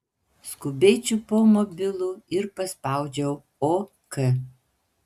skubiai čiupau mobilų ir paspaudžiau ok